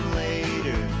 later